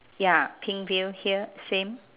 ya pink veil here same